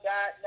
God